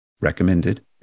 Recommended